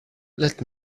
let